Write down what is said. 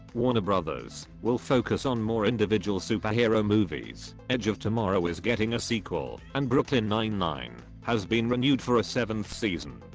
warner brothers will focus on more individual super hero movies, edge of tomorrow is getting a sequel, and brooklyn ninety nine, has been renewed for a seventh season.